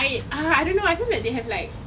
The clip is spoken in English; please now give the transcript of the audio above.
right ah I don't know I feel like they have like